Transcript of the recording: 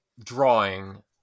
drawing